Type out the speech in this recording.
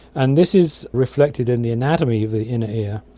and this is reflected in the anatomy of the inner ear,